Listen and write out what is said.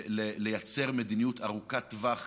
לייצר מדיניות ארוכת טווח